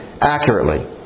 accurately